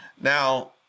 Now